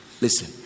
Listen